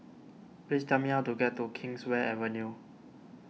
please tell me how to get to Kingswear Avenue